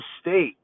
state